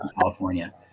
California